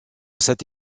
cette